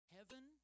Heaven